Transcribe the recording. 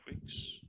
weeks